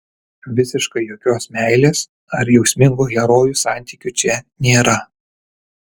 visiškai jokios meilės ar jausmingų herojų santykių čia nėra